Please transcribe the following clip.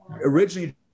originally